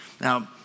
Now